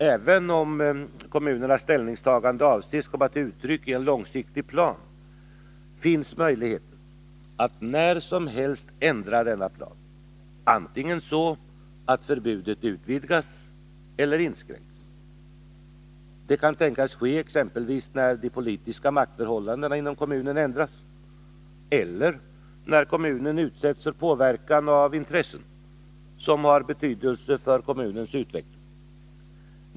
Även om kommunens ställningstagande avses komma till uttryck i en långsiktig plan finns det möjligheter att när som helst ändra denna plan, antingen så att förbudet utvidgas, eller så att det inskränks. Detta kan tänkas ske exempelvis när de politiska maktförhållandena inom kommunen ändras eller när kommunen utsätts för påverkan av intressen som har betydelse för kommunens utveckling.